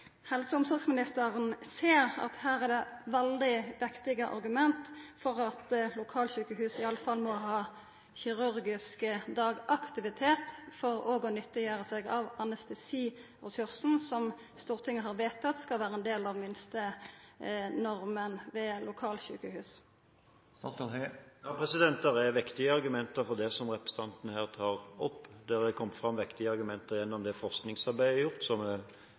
helse- og omsorgsministeren ser at her er det veldig vektige argument for at lokalsjukehus iallfall må ha kirurgisk dagaktivitet for òg å nyttiggjera seg av anestesiressursen som Stortinget har vedtatt skal vera ein del av minstenorma ved lokalsjukehus. Det er vektige argumenter for det som representanten her tar opp. Det er kommet fram vektige argumenter gjennom det forskningsarbeidet som er gjort, som